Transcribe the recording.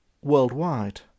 worldwide